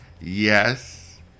yes